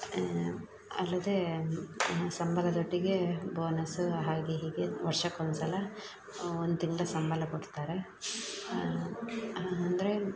ಅಲ್ಲದೇ ಸಂಬಳದೊಟ್ಟಿಗೆ ಬೋನಸ್ಸು ಹಾಗೆ ಹೀಗೆ ವರ್ಷಕ್ಕೊಂದು ಸಲ ಒಂದು ತಿಂಗಳ ಸಂಬಳ ಕೊಡ್ತಾರೆ ಅಂದರೆ